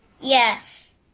Yes